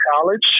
college